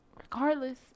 regardless